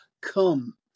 come